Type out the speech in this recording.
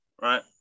right